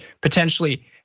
potentially